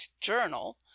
journal